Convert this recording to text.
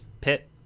pit